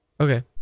Okay